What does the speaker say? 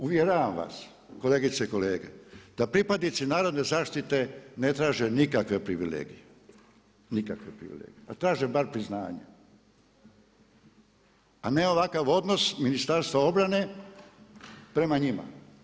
Uvjeravam vas kolegice i kolege, da pripadnici narodne zaštite ne traže nikakve privilegije, nikakve privilegije, ali traže bar priznanja, a ne ovakav odnos Ministarstva obrane prema njima.